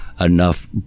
enough